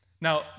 Now